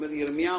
הוא